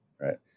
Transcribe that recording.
right